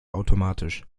automatisch